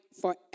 forever